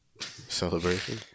Celebration